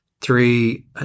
three